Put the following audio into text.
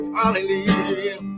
hallelujah